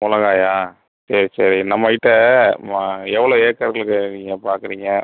மிளகாயா சரி சரி நம்மக்கிட்ட ம எவ்வளோ ஏக்கர்களுக்கு நீங்கள் பார்க்குறீங்க